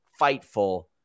Fightful